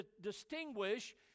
distinguish